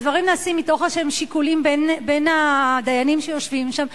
והדברים נעשים מתוך שיקולים כלשהם בין הדיינים שיושבים שם,